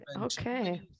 okay